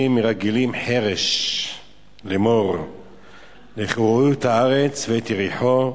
מרגלים חרש לאמֹר לכו ראו את הארץ ואת יריחו.